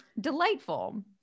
Delightful